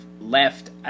left